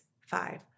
five